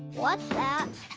what's that?